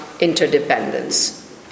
interdependence